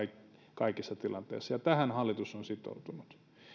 kaikissa tilanteissa ja tähän hallitus on sitoutunut